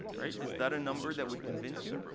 is that a number that would convince you?